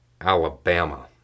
Alabama